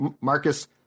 Marcus